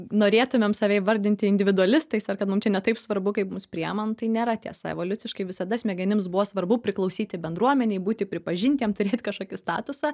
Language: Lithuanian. norėtumėm save įvardinti individualistais ar kad mums čia ne taip svarbu kaip mes priima nu tai nėra tiesa evoliuciškai visada smegenims buvo svarbu priklausyti bendruomenei būti pripažintiem turėti kažkokį statusą